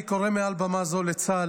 אני קורא מעל במה זו לצה"ל,